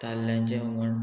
ताल्ल्यांचें हुमण